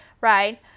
right